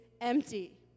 empty